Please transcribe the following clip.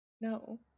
No